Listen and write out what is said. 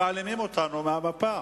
או שמקימים אותו, או שמעלימים אותנו מהמפה,